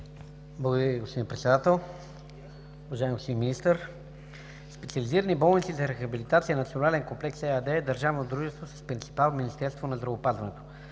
Благодаря Ви, господин Председател. Господин Министър! Специализирани болници за рехабилитация „Национален комплекс” ЕАД е държавно дружество с принципал Министерството на здравеопазването.